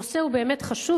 הנושא באמת חשוב.